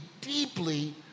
deeply